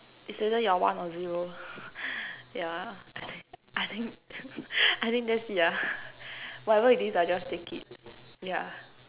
it's either you're one or zero yeah I think I think I think that's it lah whatever it is I'll just take it yeah